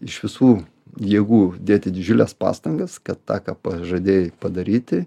iš visų jėgų dėti didžiules pastangas kad tą ką pažadėjai padaryti